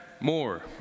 more